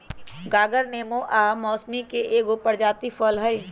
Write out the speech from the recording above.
गागर नेबो आ मौसमिके एगो प्रजाति फल हइ